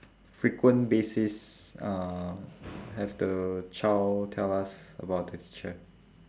frequent basis uh have the child tell us about the teacher